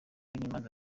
n’imanza